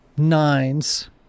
nines